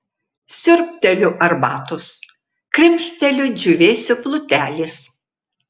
siurbteliu arbatos krimsteliu džiūvėsio plutelės